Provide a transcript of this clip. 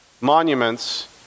monuments